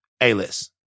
A-list